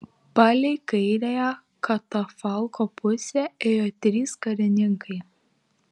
palei kairiąją katafalko pusę ėjo trys karininkai